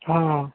ହଁ